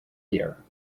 here